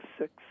six